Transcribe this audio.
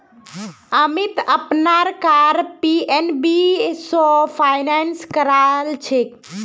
अमीत अपनार car PNB स finance करालछेक